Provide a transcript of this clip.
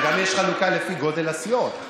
וגם יש חלוקה לפי גודל הסיעות.